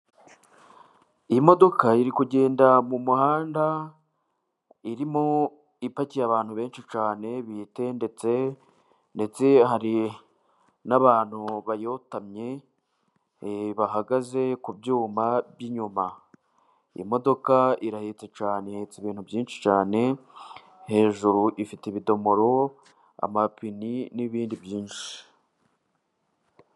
Imodoka iri kugenda mu muhanda irimo ipakiye abantu benshi cyane bitendetseho, ndetse hari n'abantu bayotamye, bahagaze ku byuma by'inyuma. Iyi modoka irahetse cyane, ihetse ibintu byinshi cyane, hejuru ifite ibidomoro, amapine, n'ibindi byinshi.